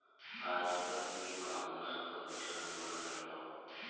आजकल ईकामर्स क चलन बढ़ गयल हौ